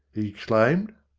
he exclaimed.